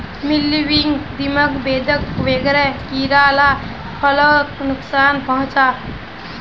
mealybug, दीमक, बेधक वगैरह कीड़ा ला फस्लोक नुक्सान पहुंचाः